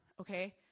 Okay